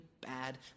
bad